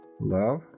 love